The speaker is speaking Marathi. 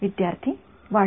विद्यार्थीः वाढते